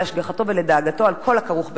להשגחתו ולדאגתו על כל הכרוך בכך.